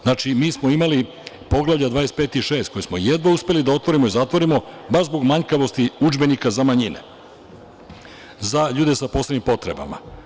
Znači, mi smo imali poglavlja 25 i 26 koja smo jedva uspeli da otvorimo i zatvorimo, baš zbog manjkavosti udžbenika za manjine, za ljude sa posebnim potrebama.